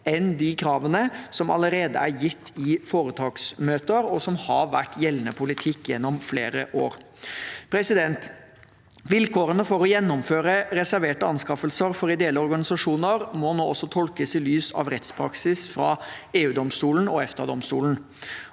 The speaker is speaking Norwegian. enn de kravene som allerede er gitt i foretaksmøter, og som har vært gjeldende politikk gjennom flere år. Vilkårene for å gjennomføre reserverte anskaffelser for ideelle organisasjoner må nå også tolkes i lys av rettspraksis fra EU-domstolen og EFTA-domstolen.